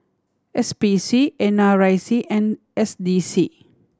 S P C N R I C and S D C